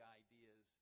ideas